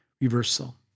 reversal